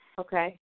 Okay